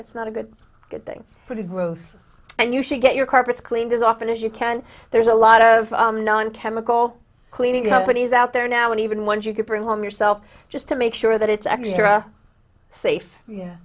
it's not a good thing for the groove and you should get your carpets cleaned as often as you can there's a lot of non chemical cleaning companies out there now and even ones you could bring home yourself just to make sure that it's actually a safe y